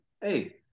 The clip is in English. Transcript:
Hey